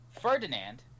Ferdinand